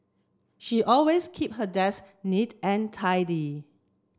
she always keep her desk neat and tidy